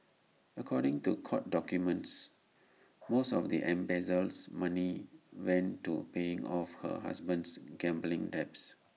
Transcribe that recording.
according to court documents most of the embezzles money went to paying off her husband's gambling debts